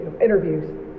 interviews